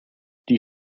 die